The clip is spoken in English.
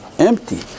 empty